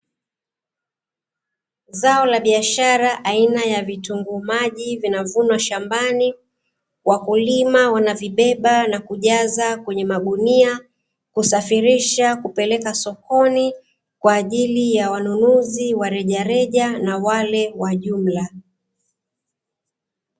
Zao la biashara aina ya vitunguu maji linavunwa shambani, wakulima wanavibeba na kuweka katika magunia, husafirisha kupeleka sokoni kwa ajili ya wanunuzi wa rejareja na wale wa jumla.